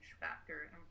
factor